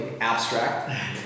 abstract